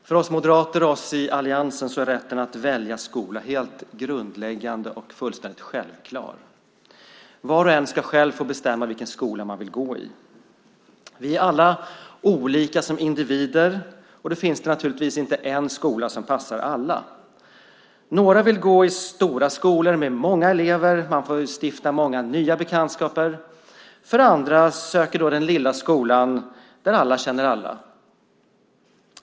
Fru talman! För oss moderater och oss i alliansen är rätten att välja skola helt grundläggande och fullständigt självklar. Var och en ska själv få bestämma i vilken skola man ska gå. Vi är alla olika som individer, och det finns inte en enda skola som passar alla. Några vill gå i stora skolor med många elever där man får stifta många nya bekantskaper, andra söker den lilla trygga skola där alla känner alla.